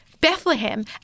Bethlehem